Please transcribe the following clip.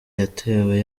yatewe